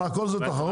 מה, כל זה תחרות?